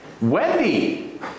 Wendy